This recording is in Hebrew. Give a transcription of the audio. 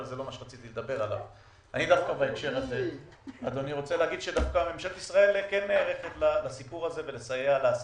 ממשלת ישראל נערכת בלסייע לעסקים,